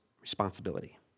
responsibility